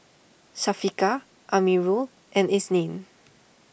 Syafiqah Amirul and Isnin